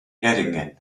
erringen